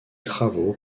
travaux